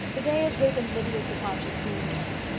the day of his and lydia's departure soon came,